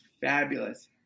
fabulous